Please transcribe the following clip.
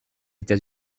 états